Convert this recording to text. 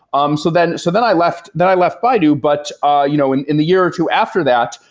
um so then so then i left. then i left baidu, but ah you know in in the year or two after that,